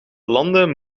landen